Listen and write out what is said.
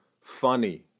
funny